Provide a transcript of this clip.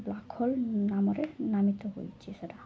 black hole ନାମରେ ନାମିତ ହୋଇଛି ସେଇଟା